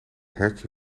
hertje